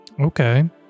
okay